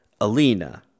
Alina